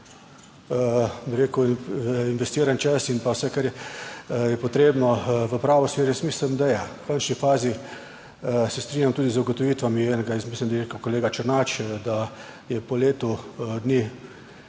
bi rekel, investiran čas in pa vse kar je potrebno v pravo smer, jaz mislim, da je. V končni fazi se strinjam tudi z ugotovitvami enega iz, mislim da je rekel kolega Černač, da je po letu dni,